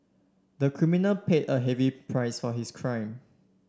the criminal paid a heavy price for his crime